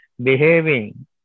behaving